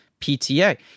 PTA